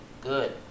good